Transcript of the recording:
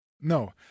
no